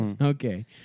Okay